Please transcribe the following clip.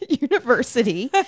university